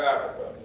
Africa